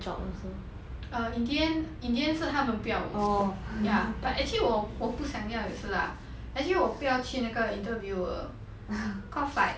err in the end in the end 是他们不要我 ya but actually 我我不想要也是 lah actually 我不要去那个 interview 的 cause like